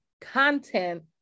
content